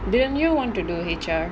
didn't you want to do H_R